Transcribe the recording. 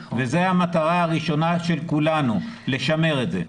זו המטרה הראשונה של כולנו, לשמר את זה.